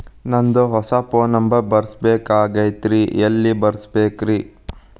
ನಂದ ಹೊಸಾ phone number ಬರಸಬೇಕ್ ಆಗೈತ್ರಿ ಎಲ್ಲೆ ಬರಸ್ಬೇಕ್ರಿ?